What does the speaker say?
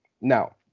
Now